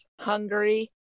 Hungary